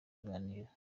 kuganira